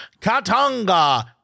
Katanga